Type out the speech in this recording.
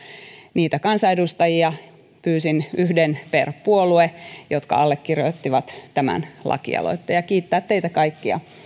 niitä kansanedustajia pyysin yhden per puolue jotka allekirjoittivat tämän lakialoitteen ja kiittää teitä kaikkia